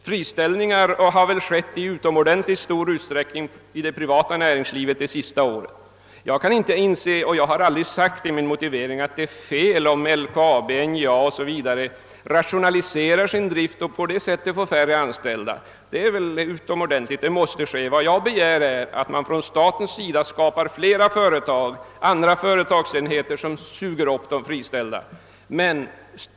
Friställningar har i utomordentligt stor utsträckning skett inom det privata näringslivet under de senaste åren. Jag kan inte inse — och har inte heller sagt det i min motivering — att det är fel att LKAB, NJA och andra statliga företag rationaliserar sin drift och på det sättet får färre anställda. Det måste ske. Vad jag begär är att staten skapar nya företag, som kan suga upp de friställda.